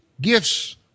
gifts